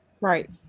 right